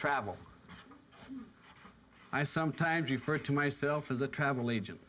travel i sometimes you for it to myself as a travel agent